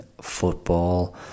football